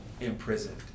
imprisoned